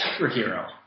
superhero